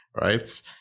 right